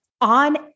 on